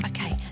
Okay